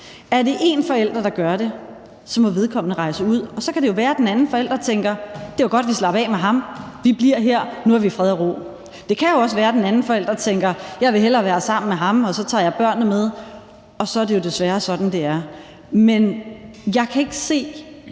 Er der én forælder, der gør det, så må vedkommende rejse ud, og så kan det jo være, at den anden forælder tænker: Det var godt, at vi slap af med ham, vi bliver her, nu har vi fred og ro. Det kan jo også være, at den anden forælder tænker: Jeg vil hellere være sammen med ham, og så tager jeg børnene med. Og så er det jo desværre sådan, det er. Men jeg kan simpelt